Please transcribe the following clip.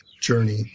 journey